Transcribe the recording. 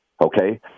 Okay